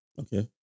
Okay